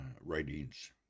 writings